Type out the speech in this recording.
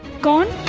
gone